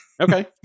Okay